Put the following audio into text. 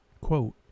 Quote